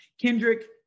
Kendrick